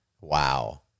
Wow